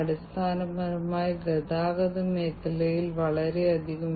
അതിനാൽ വേർതിരിച്ചെടുത്ത ഭാഗത്തിന് മുകളിലുള്ള ആ മേൽക്കൂരയുടെ നിരീക്ഷണം വളരെ പ്രധാനമാണ്